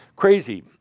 Crazy